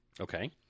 Okay